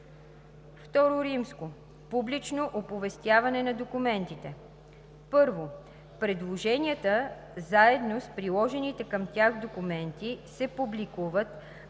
събрание. II. Публично оповестяване на документите 1. Предложенията заедно с приложените към тях документи се публикуват